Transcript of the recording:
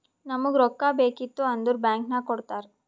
ನಮುಗ್ ರೊಕ್ಕಾ ಬೇಕಿತ್ತು ಅಂದುರ್ ಬ್ಯಾಂಕ್ ನಾಗ್ ಕೊಡ್ತಾರ್